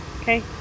okay